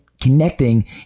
connecting